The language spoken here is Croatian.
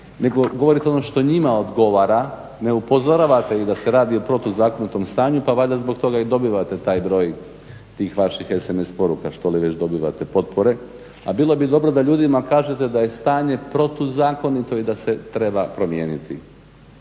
nego govorite ono što njima odgovara, ne upozoravate ih da se radi o protuzakonitom stanju pa valjda zbog toga i dobivate taj broj tih vaših sms poruka što li već dobivate potpore. A bilo bi dobro da ljudima kažete da je stanje protuzakonito i da se treba promijeniti.